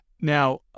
Now